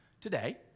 today